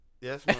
Yes